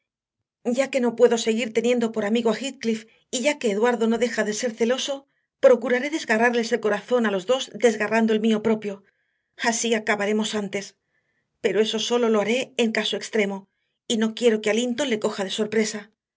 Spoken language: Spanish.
ya que no puedo seguir teniendo por amigo a heathcliff y ya que eduardo no deja de ser celoso procuraré desgarrarles el corazón a los dos desgarrando el mío propio así acabaremos antes pero eso sólo lo haré en caso extremo y no quiero que a linton le coja de sorpresa